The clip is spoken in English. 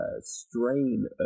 strain